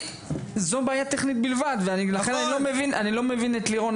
זו בעיה טכנית בלבד ולכן אני לא מבין את לירון,